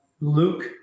Luke